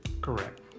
Correct